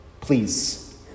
please